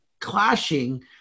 clashing